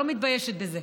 אני לא מתביישת בזה.